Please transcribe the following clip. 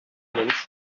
moments